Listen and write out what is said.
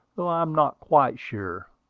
though i am not quite sure.